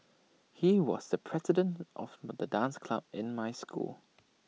he was the president of the dance club in my school